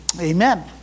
amen